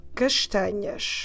castanhas